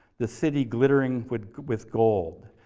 the city glittering with with gold,